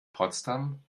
potsdam